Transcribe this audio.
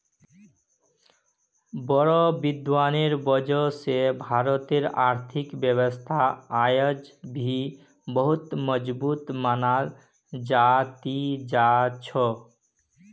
बोड़ो विद्वानेर वजह स भारतेर आर्थिक व्यवस्था अयेज भी बहुत मजबूत मनाल जा ती जा छ